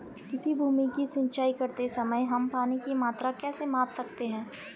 किसी भूमि की सिंचाई करते समय हम पानी की मात्रा कैसे माप सकते हैं?